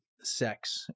sex